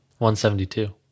172